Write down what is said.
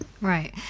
Right